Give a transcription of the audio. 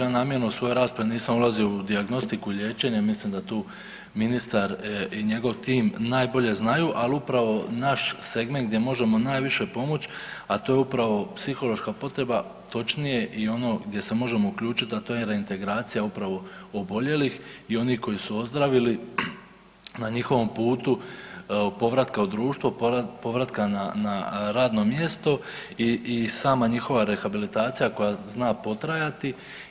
Ja namjerno nisam u svojoj raspravi ulazio u dijagnostiku liječenja i mislim da tu ministar i njegov tim najbolje znaju, ali upravo naš segment gdje možemo najviše pomoći, a to je upravo psihološka potreba, točnije i ono gdje se možemo uključiti, a to je reintegracija upravo oboljelih i onih koji su ozdravili na njihovom putu povratka u društvo, povratka na radno mjesto i sama njihova rehabilitacija koja zna potrajati.